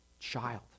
child